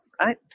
right